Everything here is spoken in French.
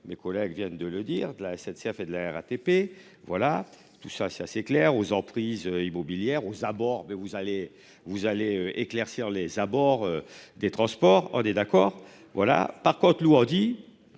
Mes collègues viennent de le dire de la SNCF et de la RATP. Voilà, tout ça c'est assez clair aux emprises immobilières aux abords, mais vous allez vous allez éclaircir les abords. Des transports des d'accord voilà par contre en dit.